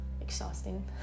exhausting